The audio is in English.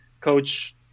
coach